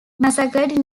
massacred